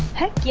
hey, yeah,